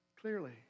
clearly